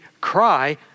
cry